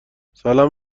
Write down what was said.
سلام